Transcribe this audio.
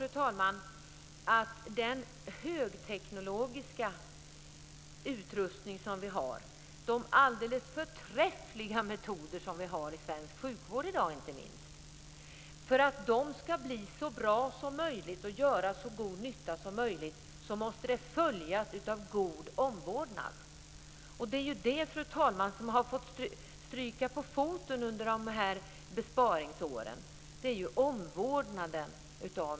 I dag har vi högteknologisk utrustning och alldeles förträffliga metoder i svensk sjukvård. För att de ska fungera så bra som möjligt och göra så god nytta som möjligt tror jag att de måste följas av god omvårdnad. Det är omvårdnaden av människor som har fått stryka på foten under de här besparingsåren.